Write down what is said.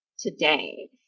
today